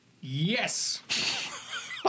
Yes